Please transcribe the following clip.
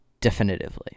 definitively